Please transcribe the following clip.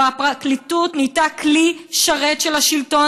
והפרקליטות נהייתה כלי שרת של השלטון